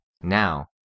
Now